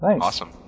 Awesome